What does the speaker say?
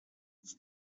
it’s